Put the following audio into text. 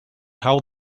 how